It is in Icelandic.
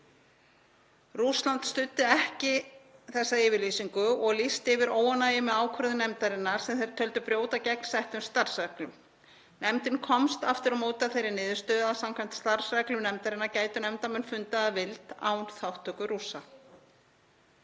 Rússland studdi ekki þessa yfirlýsingu og lýsti yfir óánægju með ákvörðun nefndarinnar sem þeir töldu brjóta gegn settum starfsreglum. Nefndin komst aftur á móti að þeirri niðurstöðu að samkvæmt starfsreglum nefndarinnar gætu nefndarmenn fundað að vild án þátttöku Rússa.